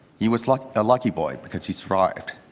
he was like a lucky boy because he survived.